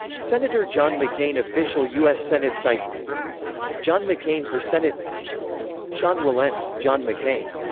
senator john mccain official u s. senate site john mccain for senate sean wilentz john mccain.